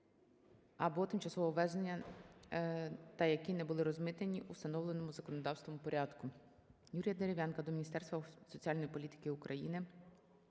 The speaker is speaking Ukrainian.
або тимчасового ввезення, та які не були розмитнені у встановленому законодавством порядку.